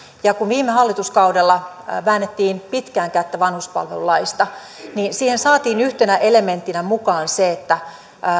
ja kun viime hallituskaudella väännettiin pitkään kättä vanhuspalvelulaista niin siihen saatiin yhtenä elementtinä mukaan se että